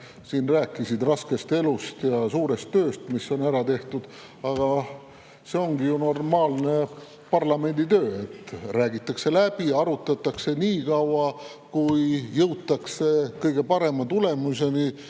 rääkisid siin raskest elust ja suurest tööst, mis on ära tehtud, aga see ongi ju normaalne parlamendi töö. Räägitakse läbi ja arutatakse nii kaua, kui jõutakse kõige parema tulemuseni,